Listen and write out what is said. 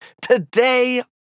Today